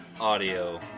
Audio